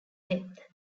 death